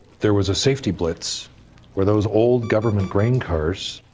there was a safety blitz where those old government grain cars,